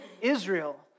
Israel